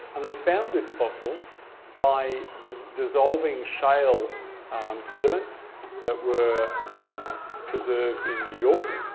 and they found this fossil by dissolving shale sediments that were preserved in new york,